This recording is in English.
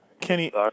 Kenny